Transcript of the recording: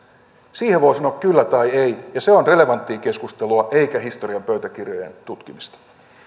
siihen voi sanoa kyllä tai ei ja se on relevanttia keskustelua eikä historian pöytäkirjojen tutkimista